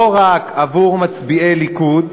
לא רק עבור מצביעי ליכוד,